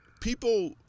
people